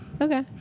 Okay